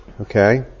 okay